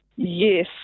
Yes